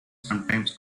sometimes